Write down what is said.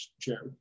chair